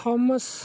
thomas